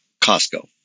Costco